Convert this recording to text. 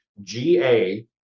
GA